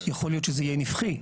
יכול להיות שזה יהיה נפחי.